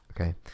okay